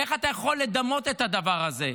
איך אתה יכול לדמות את הדבר הזה.